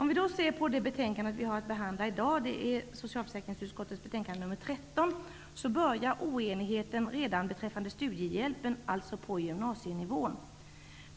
I det betänkande vi behandlar i dag, socialförsäkringsutskottets betänkande 13, ser vi att oenigheten börjar redan beträffande studiehjälpen, alltså på gymnasienivå.